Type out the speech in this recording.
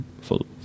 full